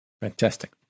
Fantastic